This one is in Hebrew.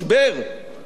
החרפת המשבר.